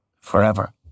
forever